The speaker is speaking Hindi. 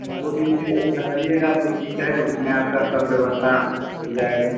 तो दो दिन तीन दिन ठहरिएगा तो ठीक है उसमें आपकी सब व्यवस्था हो जाएगी